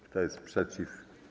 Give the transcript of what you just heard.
Kto jest przeciw?